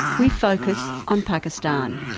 we focus on pakistan.